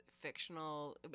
fictional